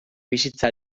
bizitza